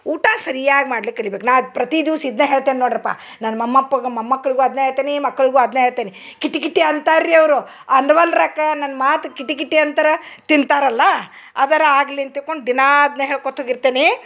ಊಟ ಸರಿಯಾಗಿ ಮಾಡ್ಲಿಕ್ ಕಲಿಬೇಕು ನಾ ಪ್ರತಿದಿವ್ಸ ಇದನ್ನೇ ಹೇಳ್ತೇನೆ ನೋಡ್ರಪ ನನ್ನ ಮೊಮ್ಮಪ್ಪಗ್ ಮೊಮ್ಮಕ್ಳಗು ಅದನ್ನೆ ಹೇಳ್ತೆನೀ ಮಕ್ಕಳಿಗೂ ಅದನ್ನೇ ಹೇಳ್ತೆನಿ ಕಿಟಿ ಕಿಟಿ ಅಂತಾರೆ ರೀ ಅವರು ಅಂದ್ವಲ್ರಕ್ಕ ನನ್ನ ಮಾತು ಕಿಟಿ ಕಿಟಿ ಅಂತರ ತಿಂತಾರಲ್ಲ ಅದರ ಆಗಲಿ ಅಂತ ತಿಳ್ಕೊಂಡು ದಿನ ಅದನ್ನೆ ಹೇಳ್ಕೊತಾ ಹೋಗಿರ್ತೇನಿ